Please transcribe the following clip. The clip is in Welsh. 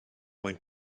mwyn